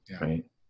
Right